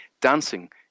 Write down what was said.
Dancing